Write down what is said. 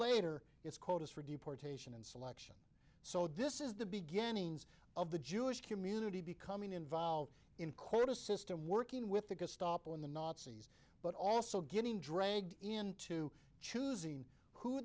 later it's quotas for deportation and so so this is the beginnings of the jewish community becoming involved in quota system working with the gestapo and the nazis but also getting dragged in to choosing who